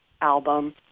album